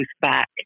back